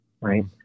right